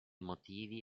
motivi